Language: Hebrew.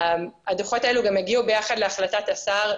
הדוחות האלו גם הגיעו ביחד להחלטת השר.